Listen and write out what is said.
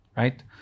Right